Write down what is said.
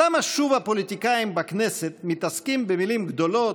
למה שוב הפוליטיקאים בכנסת מתעסקים במילים גדולות,